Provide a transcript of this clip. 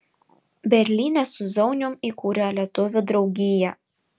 berlyne su zaunium įkūrė lietuvių draugiją